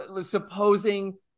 Supposing